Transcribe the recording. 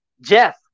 Jeff